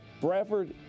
Bradford